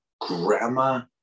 grandma